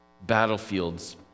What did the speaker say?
battlefields